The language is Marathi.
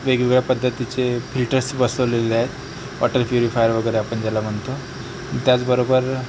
वेगवेगळ्या पद्धतीचे फिल्टर्स बसवलेले आहेत वाटर प्युरीफायर वगैरे आपण ज्याला म्हणतो त्याचबरोबर